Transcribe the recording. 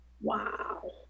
Wow